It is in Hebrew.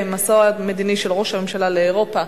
בנושא: מסעו המדיני של ראש הממשלה לאירופה,